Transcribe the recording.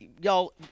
y'all